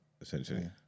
essentially